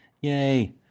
Yay